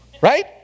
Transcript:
right